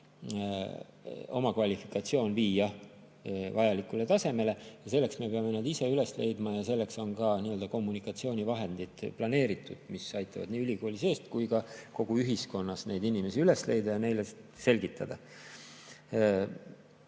oma kvalifikatsioon viia vajalikule tasemele. Selleks me peame nad ise üles leidma ja selleks on ka nii-öelda kommunikatsioonivahendid planeeritud, mis aitavad nii ülikooli sees kui ka kogu ühiskonnas neid inimesi üles leida ja neile [võimalusi]